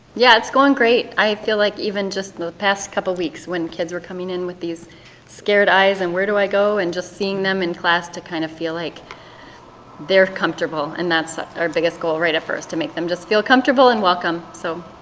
yeah, it's going great. i feel like even just the past couple weeks when kids were coming in with these scared eyes and where do i go and just seeing them in class to kind of feel like they're comfortable and that's our biggest goal right at first to make them just feel comfortable and welcome. so,